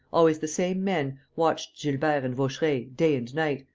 always the same men, watched gilbert and vaucheray, day and night,